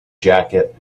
jacket